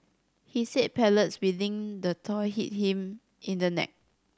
he said pellets within the toy hit him in the neck